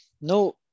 no